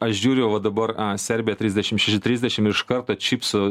aš žiūriu va dabar serbija trisdešim šeši trisdešim iš karto čipsų